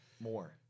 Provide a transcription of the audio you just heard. more